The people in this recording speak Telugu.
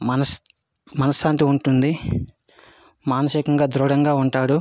మనస్ మనఃశాంతి ఉంటుంది మానసికంగా దృఢంగా ఉంటాడు